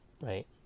right